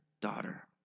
Daughter